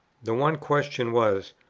the one question was,